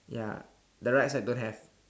ya the right side don't have